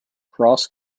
cross